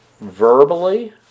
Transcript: verbally